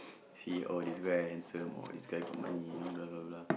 see oh this guy handsome or this guy got money you know blah blah blah